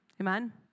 Amen